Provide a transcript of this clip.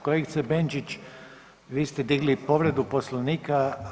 Kolegice Benčić vi ste digli povredu Poslovnika.